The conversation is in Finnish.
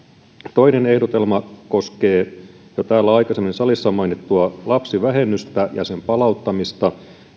toinen ehdotelma koskee jo täällä aikaisemmin salissa mainittua lapsivähennystä ja sen palauttamista